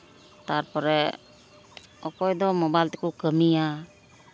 ᱛᱟᱨᱯᱚᱨᱮ ᱚᱠᱚᱭ ᱫᱚ ᱢᱳᱵᱟᱭᱤᱞ ᱛᱮᱠᱚ ᱠᱟᱹᱢᱤᱭᱟ